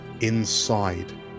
inside